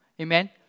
Amen